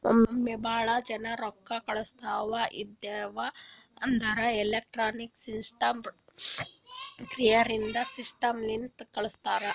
ಒಮ್ಮೆ ಭಾಳ ಜನಾ ರೊಕ್ಕಾ ಕಳ್ಸವ್ ಇದ್ಧಿವ್ ಅಂದುರ್ ಎಲೆಕ್ಟ್ರಾನಿಕ್ ಕ್ಲಿಯರಿಂಗ್ ಸಿಸ್ಟಮ್ ಲಿಂತೆ ಕಳುಸ್ತಾರ್